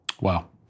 Wow